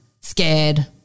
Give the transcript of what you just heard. scared